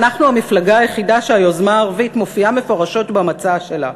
אנחנו המפלגה היחידה שהיוזמה הערבית מופיעה מפורשות במצע שלה.